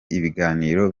ibiganiro